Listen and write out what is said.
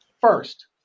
First